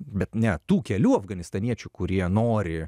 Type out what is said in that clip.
bet ne tų kelių afganistaniečių kurie nori